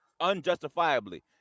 unjustifiably